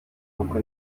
uko